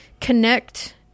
connect